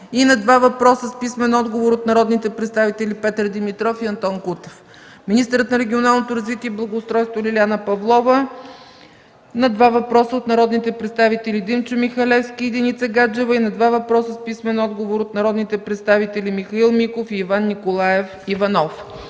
и на 2 въпроса с писмен отговор от народните представители Петър Димитров, и Антон Кутев; - министърът на регионалното развитие и благоустройството Лиляна Павлова – на 2 въпроса от народните представители Димчо Михалевски, и Деница Гаджева, и на 2 въпроса с писмен отговор от народните представители Михаил Миков, и Иван Николаев Иванов;